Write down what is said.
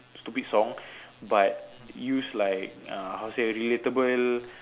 stupid song but use like uh how to say relatable